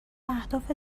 اهداف